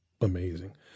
amazing